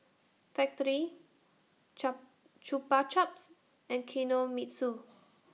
Factorie Chap Chupa Chups and Kinohimitsu